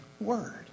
Word